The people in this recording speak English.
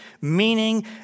meaning